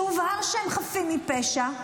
שהובהר שהם חפים מפשע,